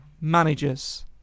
managers